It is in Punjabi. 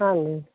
ਹਾਂਜੀ